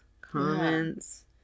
comments